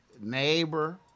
Neighbor